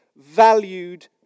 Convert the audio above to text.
Valued